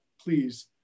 please